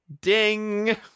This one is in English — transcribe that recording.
Ding